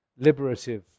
liberative